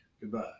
Goodbye